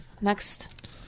Next